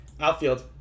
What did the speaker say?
Outfield